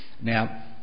Now